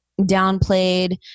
downplayed